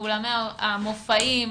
באולמי המופעים,